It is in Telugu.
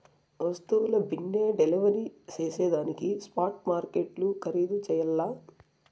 వస్తువుల బిన్నే డెలివరీ జేసేదానికి స్పాట్ మార్కెట్లు ఖరీధు చెయ్యల్ల